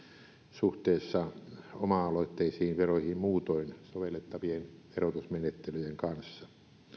suhteessa oma aloitteisiin veroihin muutoin sovellettavien verotusmenettelyjen kanssa